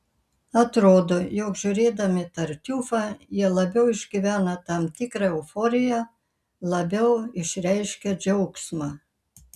atrodo jog žiūrėdami tartiufą jie labiau išgyvena tam tikrą euforiją labiau išreiškia džiaugsmą